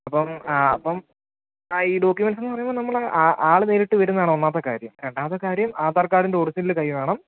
അപ്പം അപ്പം ഈ ഡോക്ക്യൂമെൻസെന്ന് പറയുമ്പോൾ നമ്മൾ ആൾ നേരിട്ട് വരുന്നതാണ് ഒന്നാമത്തെ കാര്യം രണ്ടാമത്തെ കാര്യം അധാർകാർഡിൻ്റെ ഒർജിനല് കയ്യിൽ വേണം